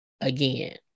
again